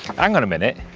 hang on a minute.